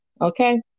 okay